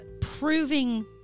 proving